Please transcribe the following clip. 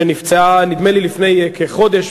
שנפצעה נדמה לי לפני כחודש,